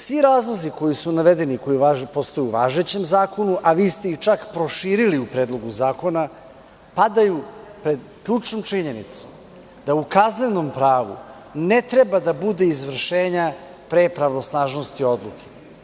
Svi razlozi koji su navede i koji postoje u važećem zakonu, a vi ste ih čak proširili u Predlogu zakona, padaju pred ključnom činjenicom da u kaznenom pravu ne treba da bude izvršenje pre pravosnažnosti odluke.